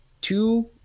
Two